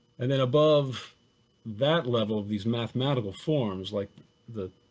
and then above that level of these mathematical forms like the,